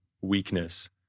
weakness